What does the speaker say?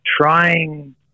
trying